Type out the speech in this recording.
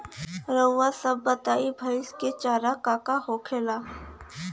रउआ सभ बताई भईस क चारा का का होखेला?